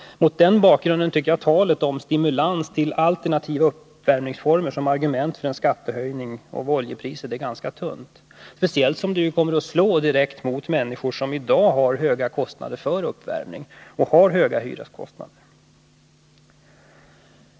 Mot den bakgrunden tycker jag att talet om stimulans till alternativa uppvärmningsformer som argument för en höjning av skatten på olja är ganska tunt, speciellt som skatten kommer att slå direkt mot människor som redan har höga kostnader för uppvärmning och höga hyreskostnader.